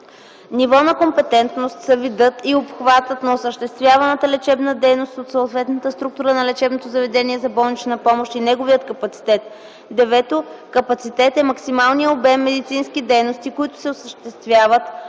„Ниво на компетентност” са видът и обхватът на осъществяваната лечебна дейност от съответната структура на лечебното заведение за болнична помощ и неговият капацитет. 9. „Капацитет” е максималният обем медицински дейности, които се осъществяват